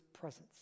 presence